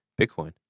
Bitcoin